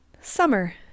Summer